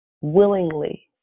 willingly